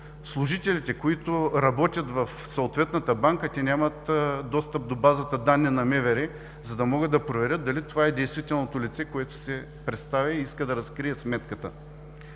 служителите, които работят в съответната банка, нямат достъп до базата данни на МВР, за да могат да проверят дали това е действителното лице, което се представя и иска да разкрие сметката.